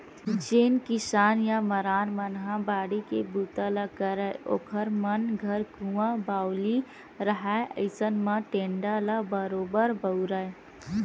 जेन किसान या मरार मन ह बाड़ी के बूता ल करय ओखर मन घर कुँआ बावली रहाय अइसन म टेंड़ा ल बरोबर बउरय